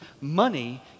Money